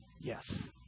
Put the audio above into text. yes